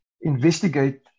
investigate